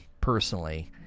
personally